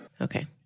Okay